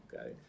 Okay